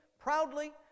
proudly